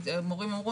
כי מורים אמרו,